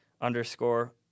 underscore